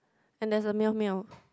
and there's a meow meow